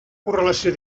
correlació